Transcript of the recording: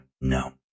No